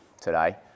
today